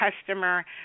customer